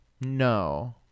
No